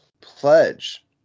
Pledge